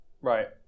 Right